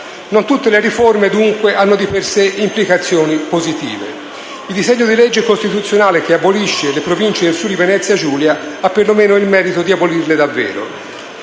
Non tutte le riforme, dunque, hanno di per sé implicazioni positive. Il disegno di legge costituzionale che abolisce le Province in Friuli-Venezia Giulia ha per lo meno il merito di abolirle davvero,